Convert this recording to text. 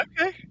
Okay